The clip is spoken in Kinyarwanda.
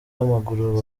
w’amaguru